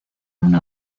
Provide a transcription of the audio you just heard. una